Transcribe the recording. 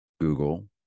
Google